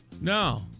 No